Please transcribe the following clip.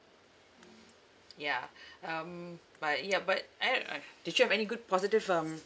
yeah um but ya but I uh did you have any good positive um